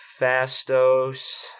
fastos